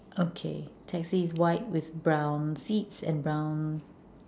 okay taxi is white with brown seats and brown